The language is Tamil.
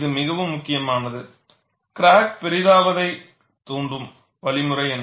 இது மிகவும் முக்கியமானது கிராக் பெரிதாகுவதைத் தூண்டும் வழிமுறை என்ன